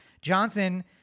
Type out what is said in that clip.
Johnson